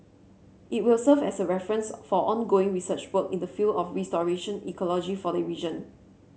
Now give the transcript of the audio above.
it will serve as a reference for ongoing research work in the field of restoration ecology for the region